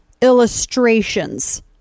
illustrations